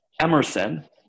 Emerson